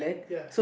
ya